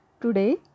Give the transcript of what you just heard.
today